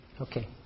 Okay